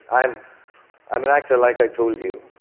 i'm i'm an actor, like i told you,